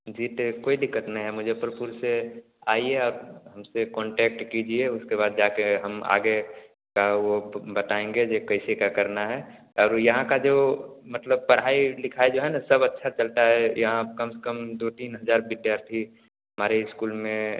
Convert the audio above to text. जी तो कोई दिक़्क़त नहीं है मुज़फ़्फ़रपुर से आइए और हम से काॅन्टेक्ट कीजिए उसके बाद जाकर हम आगे का वह ब बताएँगे जो कैसे क्या करना है और यहाँ की जो मतलब पढ़ाई लिखाई जो है ना सब अच्छी चलती है यहाँ कम से कम दो तीन हज़ार विद्यार्थी हमारे स्कूल में